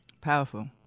Powerful